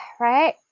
right